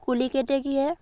কুলি কেতেকীয়ে